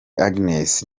agnes